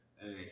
Hey